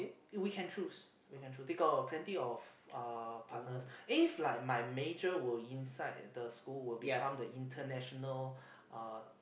we can choose we can choose they got plenty of uh partners if like my major were inside the school will become the international uh